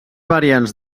variants